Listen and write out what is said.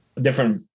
different